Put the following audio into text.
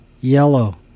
yellow